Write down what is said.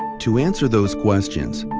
to answer those questions,